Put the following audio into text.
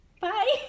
Bye